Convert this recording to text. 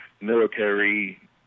military